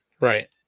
right